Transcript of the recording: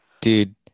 Dude